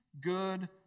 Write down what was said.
good